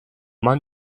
man